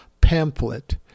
pamphlet